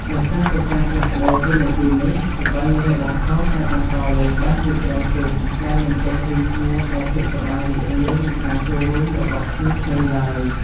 ដោយសារតែការផ្លាស់ប្តូរតួនាទីនេះ ល្បែង រាវបង្កង អាចបន្តលេងបានជាច្រើនជុំ ដោយមិនចេះរីងស្ងួតនូវភាពសប្បាយរីករាយ និងការចូលរួមរបស់ក្មេងៗឡើយ។